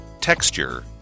Texture